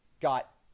got